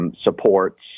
supports